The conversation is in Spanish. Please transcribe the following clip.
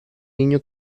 niño